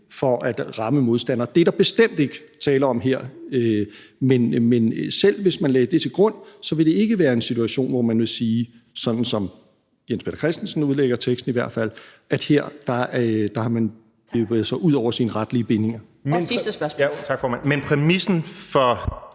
for at ramme modstandere. Det er der bestemt ikke tale om her, men selv hvis man lagde det til grund, ville det ikke være en situation, hvor man ville sige – sådan som Jens Peter Christensen i hvert fald udlægger teksten – at her har man bevæget sig ud over sine retlige bindinger. Kl. 15:46 Den fg. formand (Annette Lind):